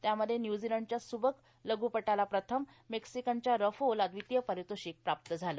त्यामध्ये न्युझीलंडच्या स्बक लघ्पटाला प्रथम मेक्सिकन च्या रफो ला द्वितीय पारितोषिक प्राप्त झाले